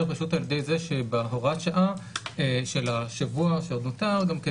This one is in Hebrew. פשוט על ידי זה שבהוראת שעה של השבוע שעוד נותר גם כן